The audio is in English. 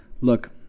Look